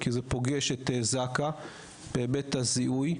כי זה פוגש את זק"א בהיבט הזיהוי.